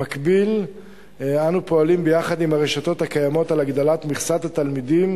במקביל אנו פועלים יחד עם הרשתות הקיימות להגדלת מכסת התלמידים